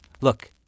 look